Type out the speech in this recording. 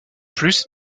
plus